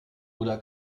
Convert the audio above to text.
oder